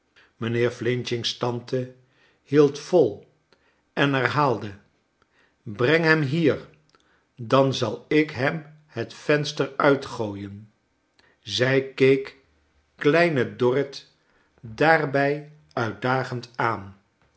mijnheer f's tante hield vol en herhaalde breng hem hier dan zal ik hem het venster uitgooien zij keek kleine dorrit daarbij uitdagend aan